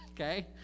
Okay